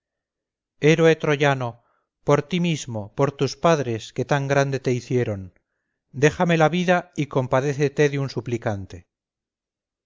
troyano por ti mismo por tus padres que tan grande te hicieron déjame la vida y compadécete de un suplicante